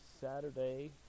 Saturday